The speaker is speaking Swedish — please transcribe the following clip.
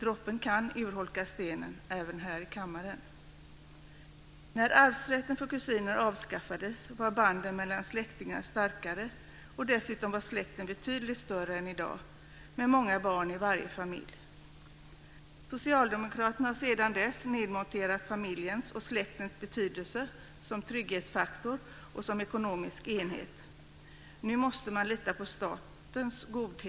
Droppen kan urholka stenen även här i kammaren. När arvsrätten för kusiner avskaffades var banden mellan släktingar starkare och dessutom var släkter betydligt större än i dag med många barn i varje familj. Socialdemokraterna har sedan dess nedmonterat familjens och släktens betydelse som trygghetsfaktor och som ekonomisk enhet.